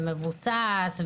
ומבוסס,